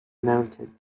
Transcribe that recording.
mounted